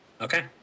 Okay